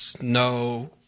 no